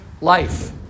life